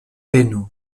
penu